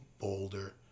boulder